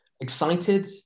Excited